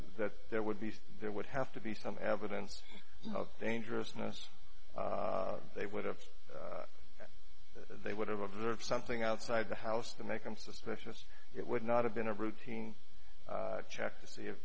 that there would be there would have to be some evidence of dangerousness they would have that they would have observed something outside the house to make them suspicious it would not have been a routine check to see i